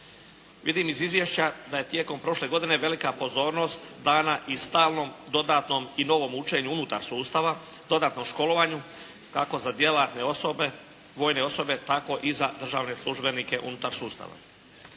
Vidim iz izvješća da je tijekom prošle godine velika pozornost dana i stalnom, dodatnom i novom učenju unutar sustava, dodatnom školovanju, kako za djelatne osobe, vojne osobe, tako i za državne službenike unutar sustava.